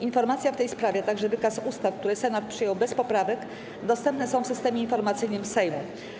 Informacja w tej sprawie, a także wykaz ustaw, które Senat przyjął bez poprawek, dostępne są w Systemie Informacyjnym Sejmu.